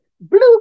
blue